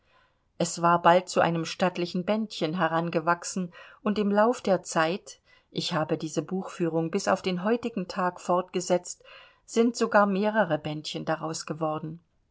es war bald zu einem stattlichen bändchen herangewachsen und im lauf der zeit ich habe diese buchführung bis auf den heutigen tag fvrtgesetzt sind sogar mehrere bändchen daraus geworden